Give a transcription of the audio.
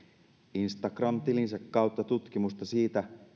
instagram tilinsä kautta tutkimusta siitä